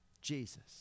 Jesus